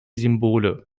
symbole